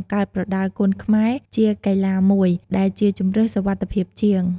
ង្កើត ប្រដាល់គុនខ្មែរ ជាកីឡាមួយ ដែលជាជម្រើសសុវត្ថិភាពជាង។